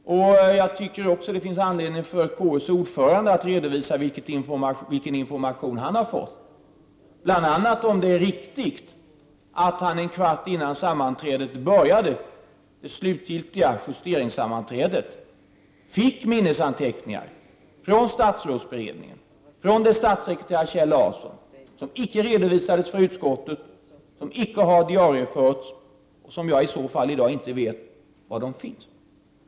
Jag tycker även att det finns anledning för KUs ordförande att redovisa vilken information han har fått, bl.a. om det är riktigt att han en kvart innan det slutgiltiga justeringssammanträdet började fick minnesanteckningar från statsrådsberedningen, från statssekreterare Kjell Larsson, som icke redovisades för utskottet och som icke har diarieförts och som jag i så fall inte vet var de finns.